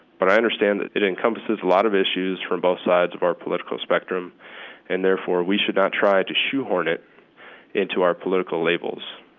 but i understand it encompasses a lot of issues from both sides of our political spectrum and therefore we should not try to shoehorn it into our political labels